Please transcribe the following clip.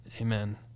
Amen